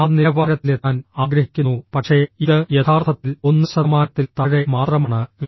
ആ നിലവാരത്തിലെത്താൻ ആഗ്രഹിക്കുന്നു പക്ഷേ ഇത് യഥാർത്ഥത്തിൽ 1 ശതമാനത്തിൽ താഴെ മാത്രമാണ് ഇത്